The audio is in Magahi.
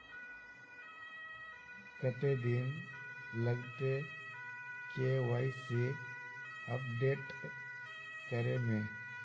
कते दिन लगते के.वाई.सी अपडेट करे में?